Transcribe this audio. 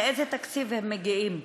לאיזה תקציב הם מגיעים?